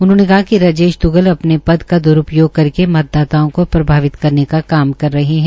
उन्होंने कहा कि राजेश द्ग्गल अपने पद का द्रुपयोग करके मतदाताओं को प्रभावित करने का काम कर रहे हैं